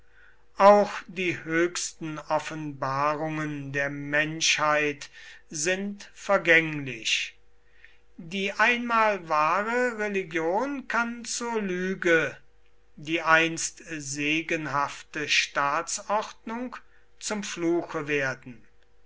auch die höchsten offenbarungen der menschheit sind vergänglich die einmal wahre religion kann zur lüge die einst segenhafte staatsordnung zum fluche werden